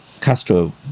Castro